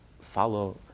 follow